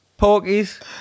Porkies